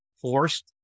forced